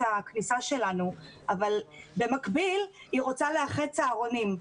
הכניסה שלנו אבל במקביל היא רוצה לאחד צהרונים.